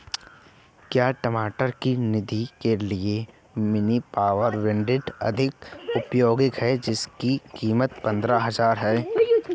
क्या टमाटर की निदाई के लिए मिनी पावर वीडर अधिक उपयोगी है जिसकी कीमत पंद्रह हजार है?